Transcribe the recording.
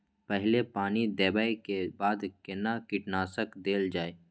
पहिले पानी देबै के बाद केना कीटनासक देल जाय?